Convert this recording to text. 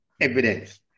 evidence